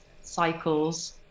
cycles